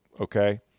okay